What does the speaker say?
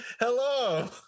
hello